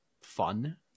fun